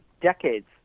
decades